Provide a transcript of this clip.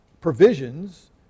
provisions